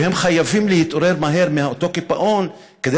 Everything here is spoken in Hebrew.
והם חייבים להתעורר מהר מאותו קיפאון כדי